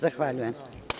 Zahvaljujem.